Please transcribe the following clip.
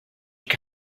che